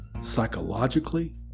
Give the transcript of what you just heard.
psychologically